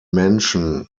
mansion